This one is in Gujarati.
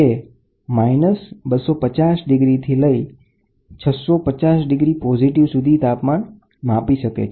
તે 250° થી 650° સુધીનું તાપમાન માપી શકે છે